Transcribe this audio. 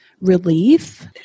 relief